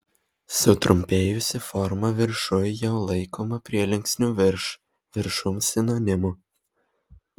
sutrumpėjusi forma viršuj jau laikoma prielinksnių virš viršum sinonimu